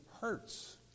hurts